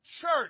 church